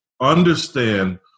understand